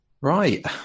Right